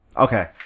Okay